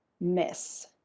miss